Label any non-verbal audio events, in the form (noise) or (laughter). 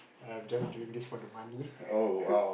I'm just doing this for the money (laughs)